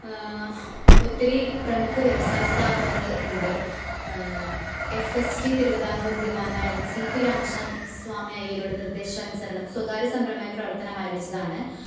ഒത്തിരി പ്രമുഖ വ്യവസായ സ്ഥാപനങ്ങള് ഉണ്ട് എഫ് എസ് ടി തിരുവിതാംകൂർ ദിവാനായിരുന്ന സി പി രാമസാമി സ്വാമി അയ്യരുടെ നിർദ്ദേശാനുസരണം സ്വകാര്യ സംരംഭമായി പ്രവർത്തനം ആരംഭിച്ചതാണ്